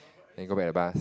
then go back the bus